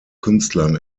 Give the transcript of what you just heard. künstlern